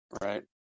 Right